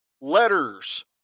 letters